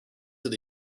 that